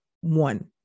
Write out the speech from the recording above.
One